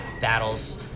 battles